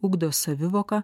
ugdo savivoką